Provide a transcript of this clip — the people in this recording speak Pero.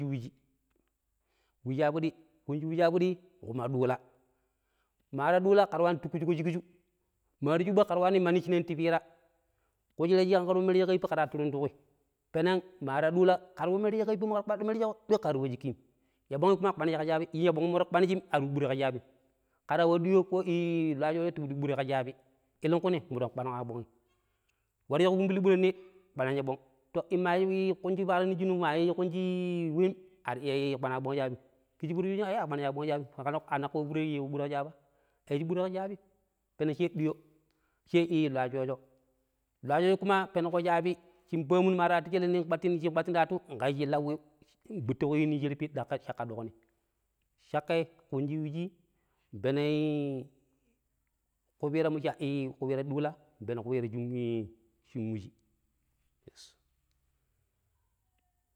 ﻿Wuji ya pidi, ƙunji wuji yapiɗi nƙoma ɗuula. Maa ta duula ƙera waani tukkujiko shikju, maa ta shuɓa kera waana mandi shinaani tipiira, ƙushira shi ƙera yun merje yiippaa ƙera turun tuƙui peneng maa ta duula ƙera yu merje ƙa yippamo ƙenwa kpaɗɗo merjee ƙo ɗoi ƙaar wa shikkum. Yabongii kuma ƙpaniji ƙa shaabi in yaɓogii mara ƙpanjim ƙa shaabim ar yu ɓure ƙa shaabim. Kera wa ɗuyo ko la ya soojo ti pidi yu bure ƙa shaabi, ela, kunni muɗok kpanuƙo yaɓong'i. Warje ƙa kumbili ɓure ni, i kpanan yabong, to in ma kunji paaro ma wem ar kpanu iya ya bong shaabim, kiji furo shoojen i akpaniji yaɓong shaabim. Ke naaƙo wa furo shooje yiiƙo ɓure ka shaabia? a yiiji ɓure ƙa shaabim, peneng she ɗuyo, she lo yashoojo, lo ya shoojo kuma penuƙo shaabi shin paamun mar wattu shele nong shin kpattin ta wattu nƙayu shin lauwiiu nkputto wiini shereppi caƙƙa doƙni, caƙƙa ƙunji wuji npenui ƙupiira mo chai, ƙupiira ɗuula npeno ƙupiira shin wuji.